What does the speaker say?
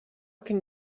can